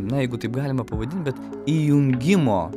na jeigu taip galima pavadint bet įjungimo